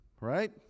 right